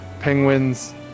Penguins